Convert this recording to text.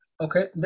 Okay